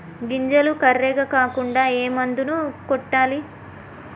గింజలు కర్రెగ కాకుండా ఏ మందును కొట్టాలి?